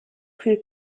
viel